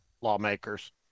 lawmakers